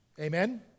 Amen